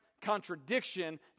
contradiction